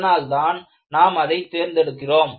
அதனால்தான் நாம் அதை தேர்ந்தெடுக்கிறோம்